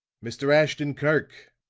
mr. ashton-kirk,